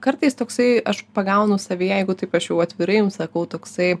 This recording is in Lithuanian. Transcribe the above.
kartais toksai aš pagaunu save jeigu taip aš jau atvirai jum sakau toksai